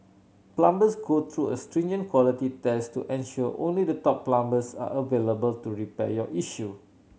plumbers go through a stringent quality test to ensure only the top plumbers are available to repair your issue